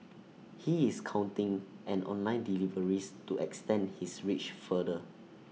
he is counting on online deliveries to extend his reach farther